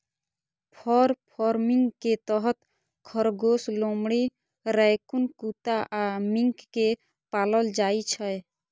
फर farming के तहत खरगोश, लोमड़ी, रैकून कुत्ता आ मिंक कें पालल जाइ छै